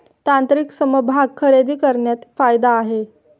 तांत्रिक समभाग खरेदी करण्यात फायदा आहे